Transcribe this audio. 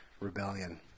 rebellion